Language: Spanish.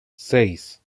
seis